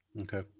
Okay